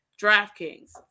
DraftKings